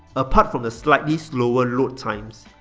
apart from the slightly slower load times,